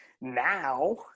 now